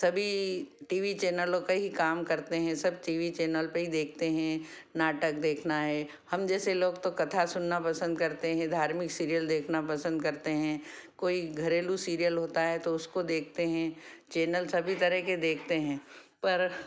सभी TV चैनलों का ही काम करते हैं सब टी वी चैनल पर ही देखते हैं नाटक देखना है हम जैसे लोग तो कथा सुनना पसंद करते हैं धार्मिक सीरियल देखना पसंद करते हैं कोई घरेलू सीरियल होता है तो उसको देखते हैं चैनल सभी तरह के देखते हैं पर